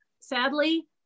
sadly